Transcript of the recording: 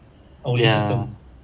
ya